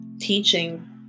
teaching